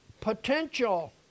potential